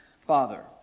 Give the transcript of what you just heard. father